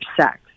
sex